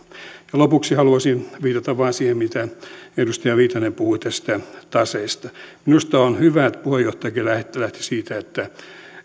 lopuksi haluaisin viitata vain siihen mitä edustaja viitanen puhui tästä taseesta minusta on hyvä että puheenjohtajakin lähti siitä että